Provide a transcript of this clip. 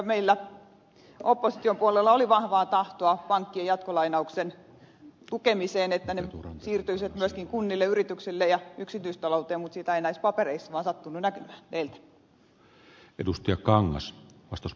meillä opposition puolella oli vahvaa tahtoa pankkien jatkolainauksen tukemiseen että ne siirtyisivät myöskin kunnille yrityksille ja yksityistalouteen mutta sitä ei näissä papereissa vaan sattunut näkymään